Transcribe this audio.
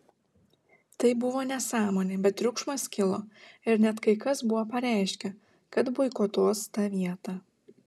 tai buvo nesąmonė bet triukšmas kilo ir net kai kas buvo pareiškę kad boikotuos tą vietą